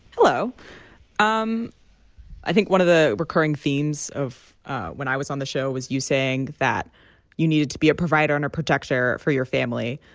hello um i think one of the recurring themes of when i was on the show was you saying that you needed to be a provider and a protector for your family.